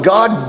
God